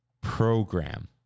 program